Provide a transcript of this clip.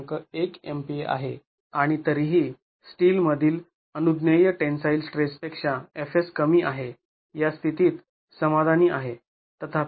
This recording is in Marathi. १ MPa आहे आणि तरीही स्टील मधील अनुज्ञेय टेन्साईल स्ट्रेस पेक्षा f s कमी आहे या स्थितीत समाधानी आहे